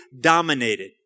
dominated